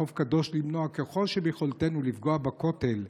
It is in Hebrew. חוב קדוש למנוע ככל שביכולתנו פגיעה בכותל.